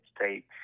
state